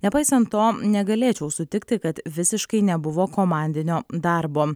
nepaisant to negalėčiau sutikti kad visiškai nebuvo komandinio darbo